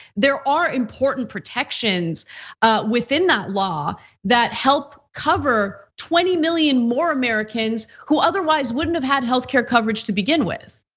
there are important protections within that law that help cover twenty million more americans who otherwise wouldn't have had health care coverage to begin with.